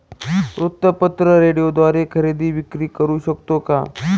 वृत्तपत्र, रेडिओद्वारे खरेदी विक्री करु शकतो का?